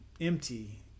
empty